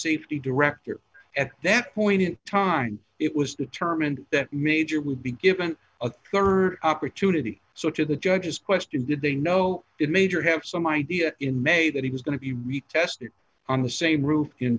director at that point in time it was determined that major would be given a rd opportunity so to the judge's question did they know that major have some idea in may that he was going to be retested on the same roof in